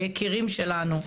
היקירים שלנו.